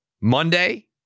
Monday